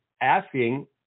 asking